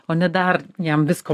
o ne dar jam visko